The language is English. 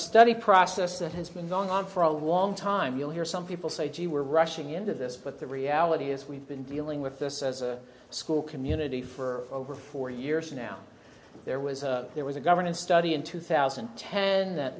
study process that has been going on for a long time you hear some people say gee we're rushing into this but the reality is we've been dealing with this as a school community for over forty years now there was there was a government study in two thousand and ten that